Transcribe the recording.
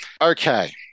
Okay